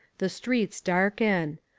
the streets darken.